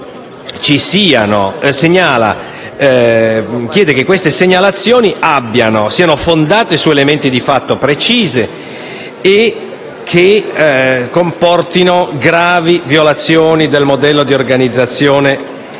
chiede che queste segnalazioni siano fondate su elementi di fatto precisi e che comportino gravi violazioni del modello di organizzazione e